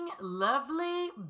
lovely